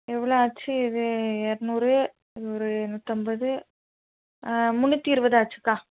எவ்வளோ ஆச்சு இது இரநூறு இது ஒரு நூற்றம்பது ஆ முன்னூற்றி இருபது ஆச்சுக்கா